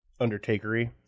undertakery